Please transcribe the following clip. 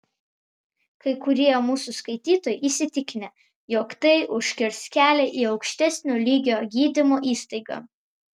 kai kurie mūsų skaitytojai įsitikinę jog tai užkirs kelią į aukštesnio lygio gydymo įstaigą